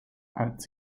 als